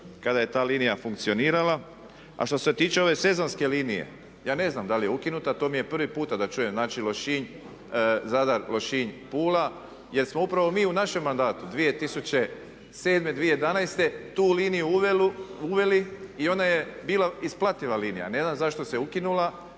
kada je ta linija funkcionirala. A što se tiče ove sezonske linije, ja ne znam da li je ukinuta. To mi je prvi puta da čujem, znači Lošinj, Zadar, Zadar-Lošinj-Pula jer smo upravo mi u našem mandatu 2007., 2011. tu liniju uveli i ona je bila isplativa linija, ne znam zašto se ukinula